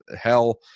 Hell